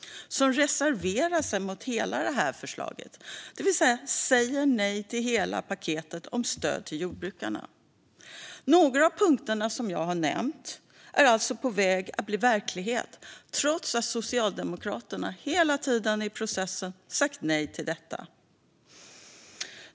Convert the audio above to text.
De reserverar sig mot hela förslaget och säger nej till hela paketet med stöd till jordbrukarna. Några av punkterna jag har nämnt är alltså på väg att bli verklighet, trots att Socialdemokraterna hela tiden har sagt nej till detta i processen.